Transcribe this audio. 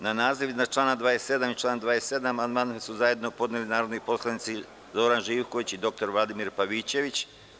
Na naziv iznad člana 27. i član 27. amandman su zajedno podneli narodni poslanici Zoran Živković i dr Vladimir Pavićević.